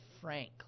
Frank